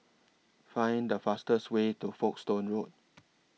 Find The fastest Way to Folkestone Road